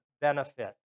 benefit